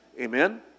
Amen